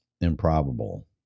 improbable